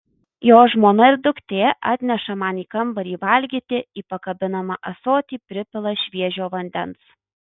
jo žmona ir duktė atneša man į kambarį valgyti į pakabinamą ąsotį pripila šviežio vandens